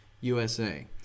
USA